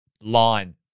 line